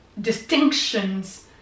distinctions